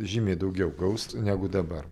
žymiai daugiau gaus negu dabar